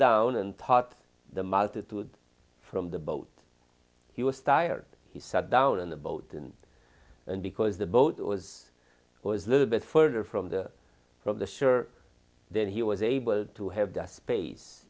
down and thought the multitude from the boat he was tired he sat down in the boat and and because the boat was was little bit further from the from the sure then he was able to have the space